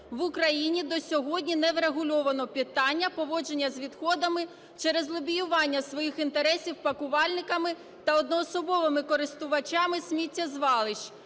в Україні до сьогодні не врегульовано питання поводження з відходами через лобіювання своїх інтересів пакувальниками та одноособовими користувачами сміттєзвалищ,